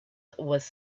was